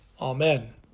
Amen